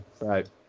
Right